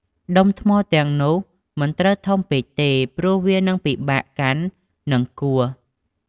ដុំថ្មទាំងនោះមិនត្រូវធំពេកទេ ព្រោះវានឹងពិបាកកាន់ និងគោះ។